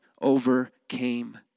overcame